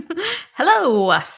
Hello